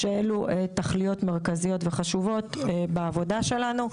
שאלו תחלואות מרכזיות וחשובות בעבודה שלנו.